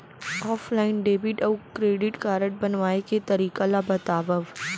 Offline debit अऊ credit card बनवाए के तरीका ल बतावव?